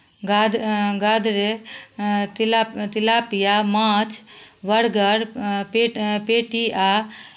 गाद गादरे तिला तिलापिया माछ बर्गर पेट पैटी आ